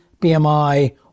BMI